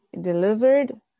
delivered